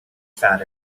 fat